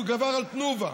הוא גבר על תנובה,